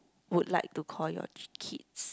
would like to call your kids